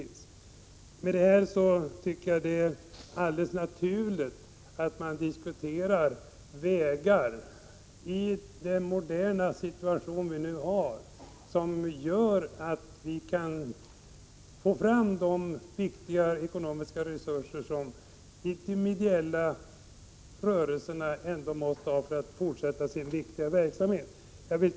I den moderna situation vi nu har tycker jag att det är alldeles naturligt att man diskuterar vägar som gör att vi kan få fram de viktiga ekonomiska resurser som de ideella rörelserna måste ha för att fortsätta sin viktiga verksamhet.